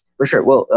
for sure. well,